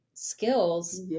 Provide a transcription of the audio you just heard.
Skills